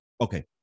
okay